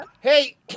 hey